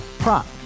Prop